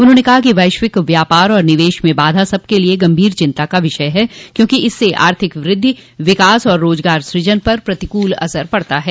उन्होंने कहा कि वैश्विक व्यापार और निवेश में बाधा सबके लिए गम्भीर चिंता का विषय है क्योंकि इससे आर्थिक वृद्धि विकास और रोजगार सृजन पर प्रतिकूल असर पड़ता है